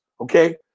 okay